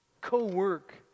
Co-work